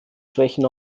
schwächen